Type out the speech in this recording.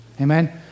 Amen